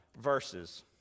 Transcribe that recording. verses